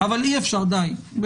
אבל אי אפשר באמת,